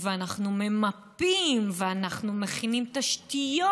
ו"אנחנו ממפים" ו"אנחנו מכינים תשתיות"